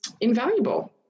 invaluable